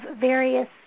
various